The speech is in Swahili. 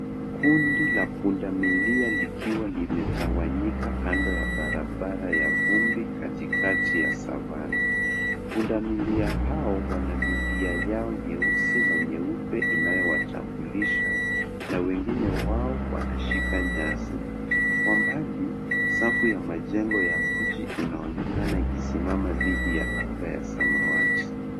Kundi la pundamilia likiwa limetawanyika kando ya barabara ya vumbi katikati ya savana. Pundamilia hao wana milia yao nyeusi na nyeupe inayowatambulisha, na wengine wao wanashika nyasi. Kwa mbali, safu ya majengo ya mji inaonekana ikisimama dhidi ya anga ya samawati.